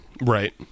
Right